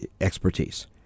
expertise